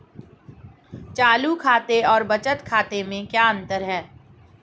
चालू खाते और बचत खाते में क्या अंतर है?